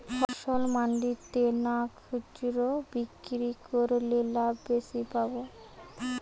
ফসল মন্ডিতে না খুচরা বিক্রি করলে লাভ বেশি পাব?